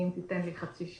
ואני מייד אתן את הנתונים.